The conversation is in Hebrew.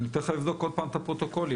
אני תכף אבדוק שוב את הפרוטוקולים.